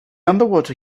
underwater